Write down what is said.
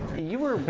you were,